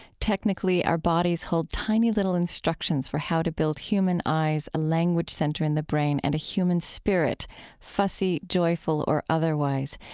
technically, our bodies hold tiny, little instructions for how to build human eyes, a language center in the brain, and a human spirit fussy, joyful or otherwise.